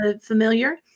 familiar